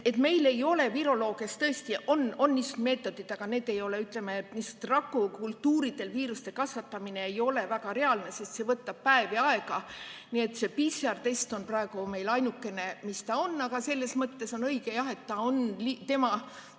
Meil ei ole viroloogias tõesti või on niisugused meetodid, aga need ei ole ... Ütleme, rakukultuuridel viiruste kasvatamine ei ole väga reaalne, sest see võtab päevi aega. Nii et see PCR-test on praegu meil ainukene, mis ta on. Aga selles mõttes on õige, jah, et tema